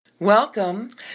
Welcome